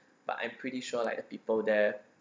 but I'm pretty sure like the people there